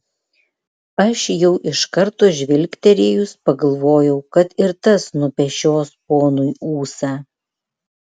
aš jau iš karto žvilgterėjus pagalvojau kad ir tas nupešios ponui ūsą